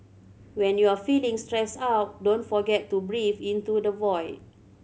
when you are feeling stressed out don't forget to breathe into the void